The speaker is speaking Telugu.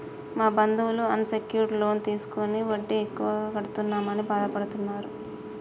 మా బంధువులు అన్ సెక్యూర్డ్ లోన్ తీసుకుని వడ్డీ ఎక్కువ కడుతున్నామని బాధపడుతున్నరు